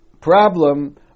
problem